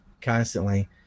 constantly